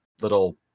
little